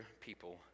people